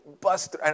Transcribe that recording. bust